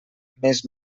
més